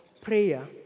prayer